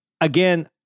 again